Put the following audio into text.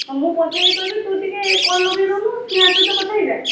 ହଁ ମୁଁ ପଚାରିକି କହିବି ତୁ ଟିକେ କଲ୍ ଲଗାଇ ଦେଉନୁ ସ୍ନେହା ସହିତ କଥା ହେଇ ଯା